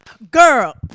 Girl